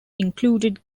included